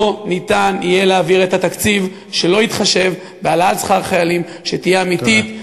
לא יהיה אפשר להעביר תקציב שלא יתחשב בהעלאת שכר החיילים שתהיה אמיתית,